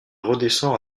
redescend